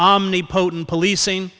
omni potent policing